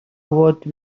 would